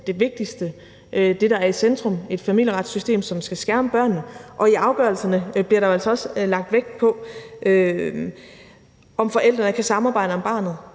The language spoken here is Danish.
det vigtigste og det, der er i centrum i det familieretlige system, som skal skærme børnene. I afgørelserne bliver der jo altså også lagt vægt på, om forældrene kan samarbejde om barnet,